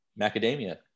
Macadamia